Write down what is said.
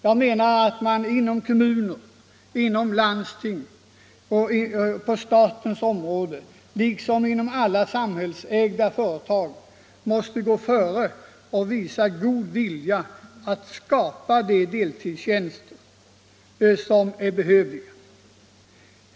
Jag menar att man inom kommuner och landsting samt på statens område liksom i alla samhällsägda företag måste gå före och visa god vilja att inrätta de deltidstjänster som är behövliga.